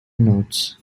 notes